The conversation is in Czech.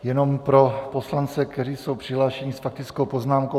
Jenom pro poslance, kteří jsou přihlášeni s faktickou poznámkou.